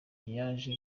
yaje